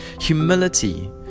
Humility